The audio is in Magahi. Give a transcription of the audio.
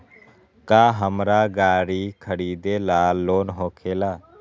का हमरा गारी खरीदेला लोन होकेला?